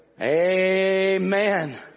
Amen